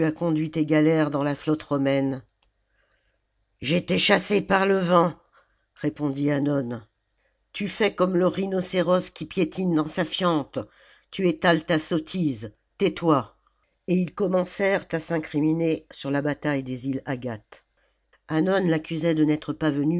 tes galères dans la hotte romaine j'étais chassé par le vent répondit hannon tu fais comme le rhinocéros qui piétine dans sa fiente tu étales ta sottise tais-toi et ils commencèrent à s'incriminer sur la bataille des îles yegates hannon l'accusait de n'être pas venu